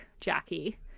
Jackie